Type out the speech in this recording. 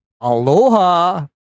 Aloha